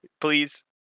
please